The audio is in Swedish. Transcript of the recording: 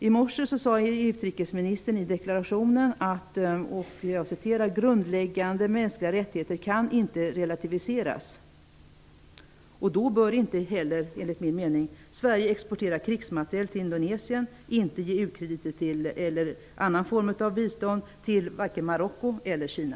I morse sade utrikesministern i sin deklaration: Grundläggande mänskliga rättigheter kan inte relativiseras. Då bör inte heller Sverige enligt min mening exportera krigsmateriel till Indonesien eller ge ukrediter eller annan form av bistånd till vare sig Marocko eller Kina.